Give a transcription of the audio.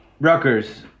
Rutgers